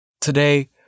Today